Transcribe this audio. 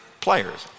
players